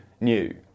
new